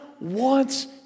wants